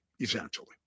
Essentially